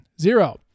zero